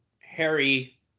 Harry